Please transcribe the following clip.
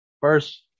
First